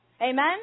Amen